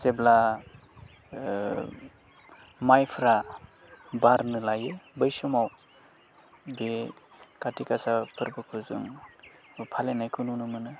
जेब्ला मायफ्रा बारनो लायो बै समाव बे काति गासा फोरबोखौ जों फालिनायखौ नुनो मोनो